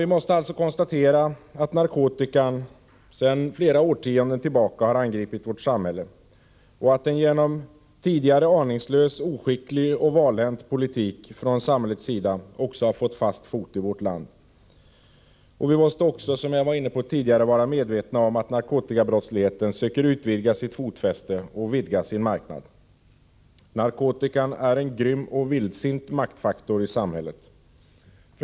Vi måste alltså konstatera att narkotikan sedan flera årtionden tillbaka har angripit vårt samhälle, att den genom en tidigare aningslös, oskicklig och valhänt politik från samhällets sida också har fått fast fot i vårt land. Vi måste också, som jag var inne på tidigare, vara medvetna om att narkotikabrottsligheten söker stärka sitt fotfäste och vidga sin marknad. Narkotikan är en grym och vildsint maktfaktor i samhället.